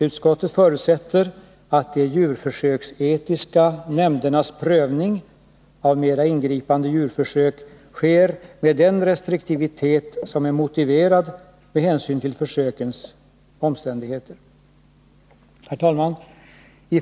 Utskottet förutsätter att de djurförsöksetiska nämndernas prövning av mera ingripande djurförsök sker med den restriktivitet som är motiverad med hänsyn till försökens omständigheter. Herr talman!